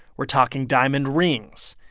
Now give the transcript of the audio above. we're talking diamond rings,